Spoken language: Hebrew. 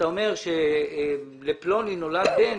אתה אומר שלפלוני נולד בן,